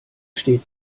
steht